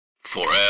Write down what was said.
FOREVER